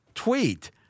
tweet